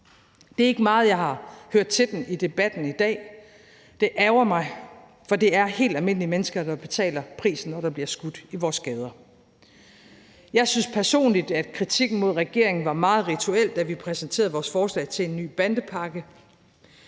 Det er ikke meget, jeg har hørt til den i debatten i dag, og det ærgrer mig, for det er helt almindelige mennesker, der betaler prisen, når der bliver skudt i vores gader. Jeg synes personligt, at kritikken mod regeringen var meget rituel, da vi præsenterede vores forslag til en ny bandepakke.